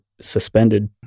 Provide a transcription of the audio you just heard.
suspended